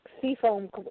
seafoam